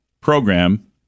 program